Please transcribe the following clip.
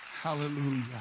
Hallelujah